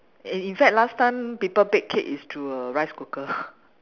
in in fact last time people bake cake is through a rice cooker